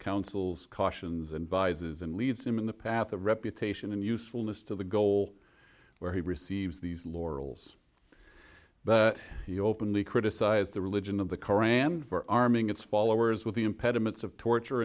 counsels cautions and vices and leads him in the path of reputation and usefulness to the goal where he receives these laurels but he openly criticized the religion of the qur'an for arming its followers with the impediments of torture